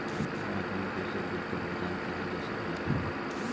Amazon Pay से bill क भुगतान किहल जा सकला